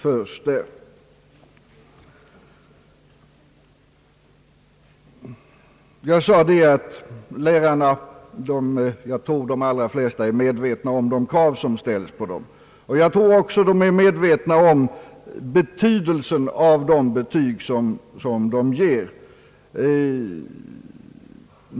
Jag sade att jag tror att de allra flesta lärare är medvetna om de krav som ställs på dem. Jag tror också att de är medvetna om betydelsen av de betyg som de ger.